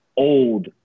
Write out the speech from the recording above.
old